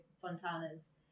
Fontana's